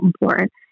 important